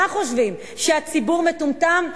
מה חושבים, שהציבור מטומטם?